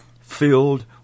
filled